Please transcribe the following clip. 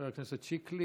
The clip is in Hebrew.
חבר הכנסת שיקלי